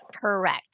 Correct